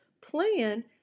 plan